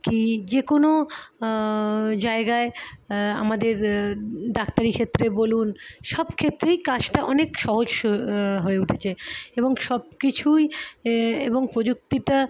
কি যে কোনো জায়গায় আমাদের ডাক্তারি ক্ষেত্রে বলুন সব ক্ষেত্রেই কাজটা অনেক সহজ হয়ে উঠেছে এবং সব কিছুই এবং প্রযুক্তিটা